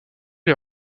est